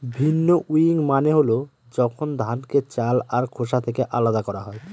ভিন্নউইং মানে হল যখন ধানকে চাল আর খোসা থেকে আলাদা করা হয়